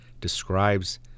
describes